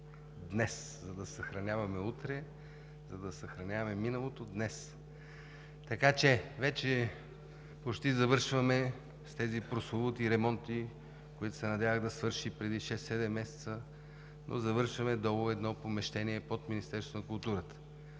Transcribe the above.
днес, за да съхраняваме, утре, за да съхраняваме миналото днес. Вече почти завършваме с тези прословути ремонти, които се надявах да свършат преди шест-седем месеца. Завършваме едно помещение под Министерството на културата,